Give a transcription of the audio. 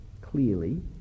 clearly